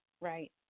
Right